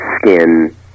skin